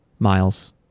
miles